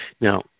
Now